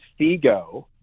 Figo